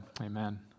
Amen